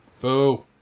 Boo